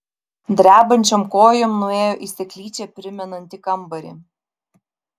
drebančiom kojom nuėjo į seklyčią primenantį kambarį